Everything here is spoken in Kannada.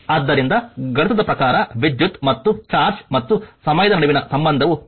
ಆದ್ದರಿಂದ ಗಣಿತದ ಪ್ರಕಾರ ವಿದ್ಯುತ್ ಮತ್ತು ಚಾರ್ಜ್ ಮತ್ತು ಸಮಯದ ನಡುವಿನ ಸಂಬಂಧವು i dqdt ನಲ್ಲಿ 1